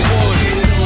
one